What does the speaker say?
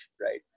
right